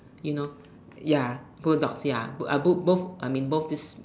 you know ya bull dog ya both both I mean both this